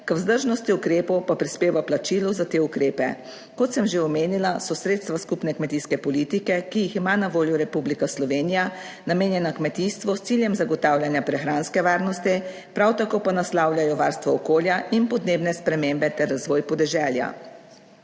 k vzdržnosti ukrepov pa prispeva plačilo za te ukrepe. Kot sem že omenila, so sredstva skupne kmetijske politike, ki jih ima na voljo Republika Slovenija, namenjena kmetijstvu s ciljem zagotavljanja prehranske varnosti, prav tako pa naslavljajo varstvo okolja in podnebne spremembe ter razvoj podeželja.